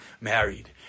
married